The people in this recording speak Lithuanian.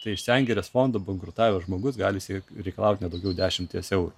tai iš sengirės fondo bankrutavęs žmogus gali išsireikalaut ne daugiau dešimties eurų